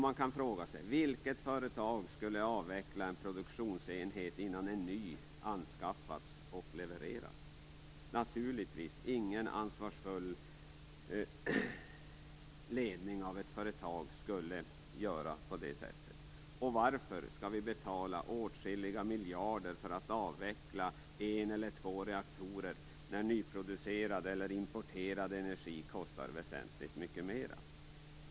Man kan fråga sig: Vilket företag skulle avveckla en produktionsenhet innan en ny anskaffats och levererats? Naturligtvis ingen ansvarsfull ledning av ett företag skulle göra på det sättet. Varför skall vi betala åtskilliga miljarder för att avveckla en eller två reaktorer när nyproducerad eller importerad energi kostar väsentligt mycket mera?